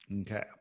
Okay